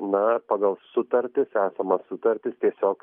na pagal sutartis esamas sutartis tiesiog